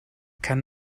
kann